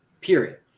period